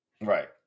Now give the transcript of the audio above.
Right